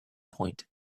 point